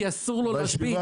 כי אסור לו להשבית.